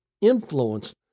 influenced